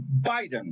Biden